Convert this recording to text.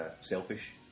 selfish